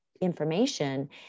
information